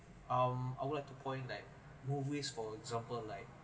um I would like to point like movies for example like